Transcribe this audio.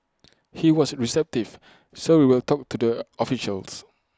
he was receptive so we will talk to their officials